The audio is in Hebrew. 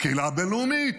הקהילה הבין-לאומית,